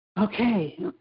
Okay